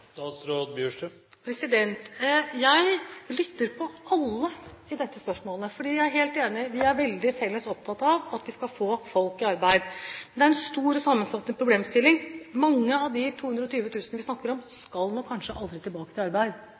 Jeg lytter til alle i disse spørsmålene, for jeg er helt enig; vi er alle veldig opptatt av å få folk i arbeid. Det er en stor og sammensatt problemstilling. Mange av de 220 000 vi snakker om, skal nok kanskje aldri tilbake i arbeid